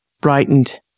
brightened